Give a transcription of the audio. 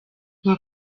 nka